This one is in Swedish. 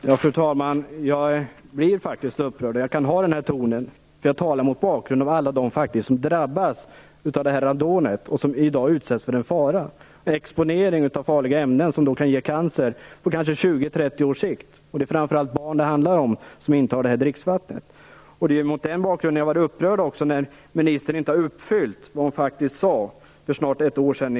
Fru talman! Jag blir faktiskt upprörd. Jag använder den här tonen därför att jag talar mot bakrund av alla de som drabbas av radonent och som därmed utsätts för en fara genom en exponering av farliga ämnen som kan ge cancer på 20-30 års sikt. Det är framför allt barn som det handlar om och som intar detta dricksvatten. Det är mot den bakgrunden som jag är upprörd när ministern inte har uppfyllt det som hon faktiskt sade i kammaren för snart ett år sedan.